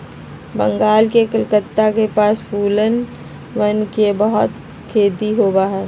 बंगाल के कलकत्ता के पास फूलवन के बहुत खेती होबा हई